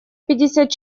пятьдесят